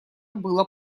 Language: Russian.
было